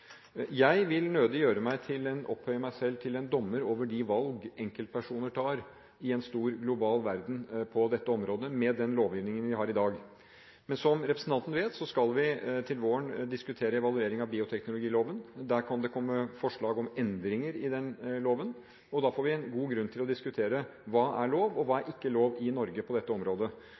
Jeg vil nødig opphøye meg selv til dommer over de valg enkeltpersoner i en stor global verden tar på dette området med den lovgivningen vi har i dag. Som representanten vet, skal vi til våren diskutere evaluering av bioteknologiloven. Der kan det komme forslag om endringer i loven, og da får vi en god grunn til å diskutere hva som er lov, og hva som er ikke lov i Norge, på dette området.